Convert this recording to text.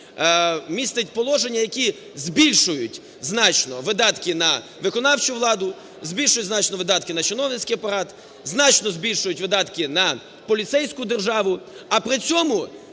містить положення, які збільшують значно видатки на виконавчу владу, збільшують значно видатки на чиновницький апарат, значно збільшують видатки на поліцейську державу. А при цьому